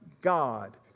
God